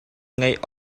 ngeih